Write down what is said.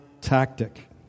tactic